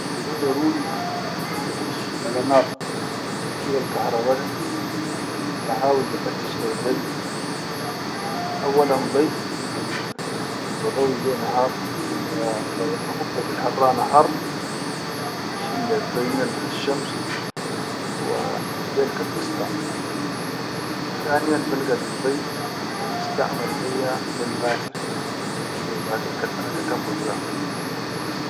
Kan liga daruni ba ish bala naar hilal kharaba da ba hawil ba fattish leyi dai auwalan dai al badau be ha nahar ba khuda fil harra nahar bishil leyi dai minal shams wa filel kan bastaʼamala, tiniyan bilga leyi dai al bastaʼamal be ya bel batir ba dis leyi batir kan daka tamma kula.